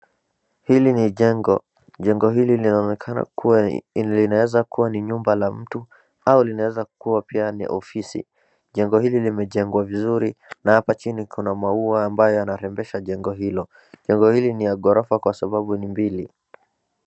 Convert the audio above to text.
Hili ni jengo. Jengo hili linaonekana kuwa linaweza kuwa ni nyumba la mtu au linaweza kuwa pia ni ofisi. Jengo hili limejengwa vizuri na hapa chini kuna maua ambayo yanarembesha jengo hilo. Jengo hili ni ya ghorofa kwa sababu ni mbili.